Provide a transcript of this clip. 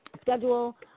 schedule